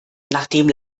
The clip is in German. nachdem